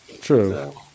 True